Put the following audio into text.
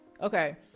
Okay